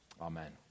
Amen